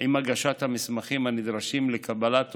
עם הגשת המסמכים הנדרשים לקבלת תושבות,